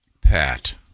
Pat